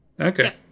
Okay